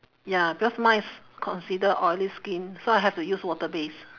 ya because mine is consider oily skin so I have to use water based